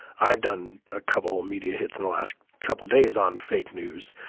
i've done a couple of media hits in the last couple of days on fake news.